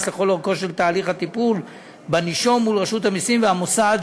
לכל אורכו של תהליך הטיפול בנישום מול רשות המסים והמוסד